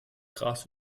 gras